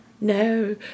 No